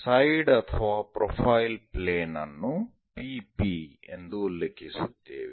side ಅಥವಾ profile plane ಅನ್ನು PP ಎಂದು ಉಲ್ಲೇಖಿಸುತ್ತೇವೆ